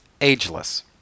Ageless